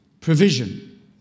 provision